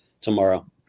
tomorrow